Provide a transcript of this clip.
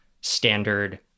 standard